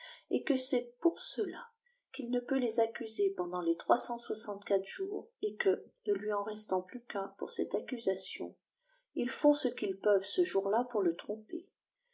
et que c'est pour cela qu'il ne peut les accuser pendant les trois cent soixante-quatre jours et que ne lui en restant plus qu'un pour cette accusation ils font ce qu'ijs peuvent ce jour-là pour le tromper